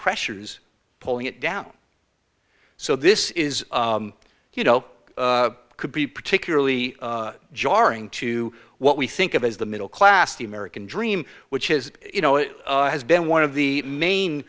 pressures pulling it down so this is you know could be particularly jarring to what we think of as the middle class the american dream which is you know it has been one of the main